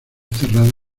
cerrado